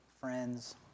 friends